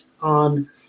on